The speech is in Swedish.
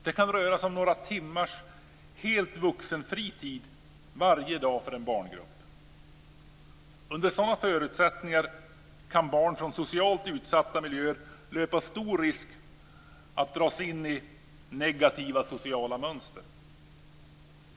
Det kan alltså röra sig om några timmars helt vuxenfri tid varje dag för en barngrupp. Under sådana förutsättningar kan barn från socialt utsatta miljöer löpa stor risk att dras in i negativa sociala mönster.